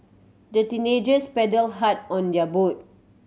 the teenagers paddled hard on their boat